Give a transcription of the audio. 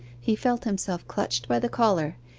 he felt himself clutched by the collar,